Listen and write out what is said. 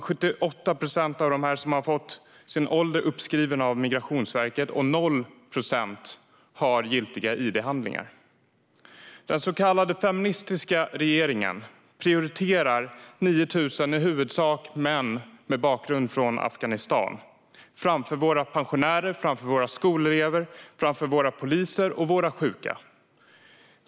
78 procent av dem har fått sin ålder uppskriven av Migrationsverket och 0 procent har giltiga id-handlingar. Den så kallade feministiska regeringen prioriterar 9 000 i huvudsak män med bakgrund från Afghanistan framför våra pensionärer, skolelever, poliser och sjuka.